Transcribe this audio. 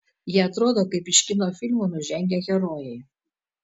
jie atrodo kaip iš kino filmų nužengę herojai